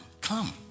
come